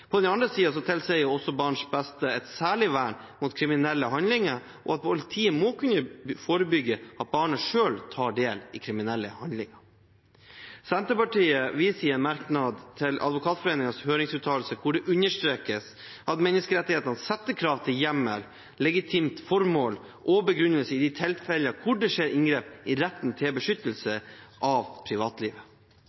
På den andre siden tilsier også barnets beste et særlig vern mot kriminelle handlinger og at politiet må kunne forebygge at barnet selv tar del i kriminelle handlinger. Senterpartiet viser i en merknad til Advokatforeningens høringsuttalelse, hvor det understrekes at menneskerettighetene setter krav til hjemmel, legitimt formål og begrunnelse i tilfeller hvor det skjer inngrep i retten til beskyttelse